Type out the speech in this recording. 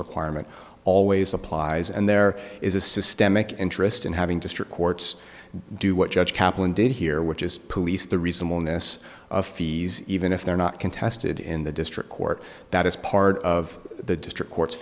requirement always applies and there is a systemic interest in having district courts do what judge kaplan did here which is police the reason we're in this fees even if they're not contested in the district court that is part of the district court